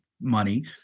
money